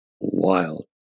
wild